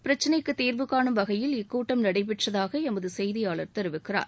பிரச்சினைக்கு தீர்வு கானும் வகையில் இக்கூட்டம் நடைபெற்றதாக எமது செய்தியாளர் தெரிவிக்கிறார்